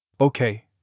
Okay